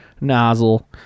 nozzle